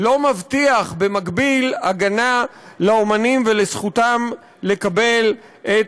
לא מבטיח במקביל הגנה לאמנים ולזכותם לקבל את